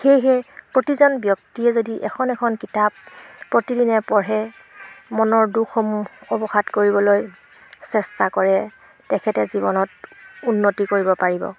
সেয়েহে প্ৰতিজন ব্যক্তিয়ে যদি এখন এখন কিতাপ প্ৰতিদিনে পঢ়ে মনৰ দুখসমূহ অৱসাদ কৰিবলৈ চেষ্টা কৰে তেখেতে জীৱনত উন্নতি কৰিব পাৰিব